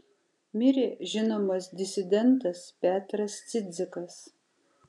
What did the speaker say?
mirė žinomas disidentas petras cidzikas